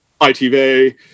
ITV